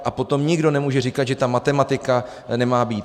A potom nikdo nemůže říkat, že ta matematika nemá být.